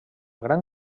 gran